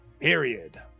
period